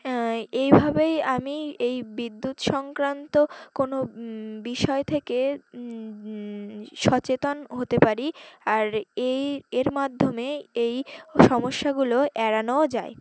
এইভাবেই আমি এই বিদ্যুৎ সংক্রান্ত কোনো বিষয় থেকে সচেতন হতে পারি আর এই এর মাধ্যমে এই সমস্যাগুলো এড়ানোও যায়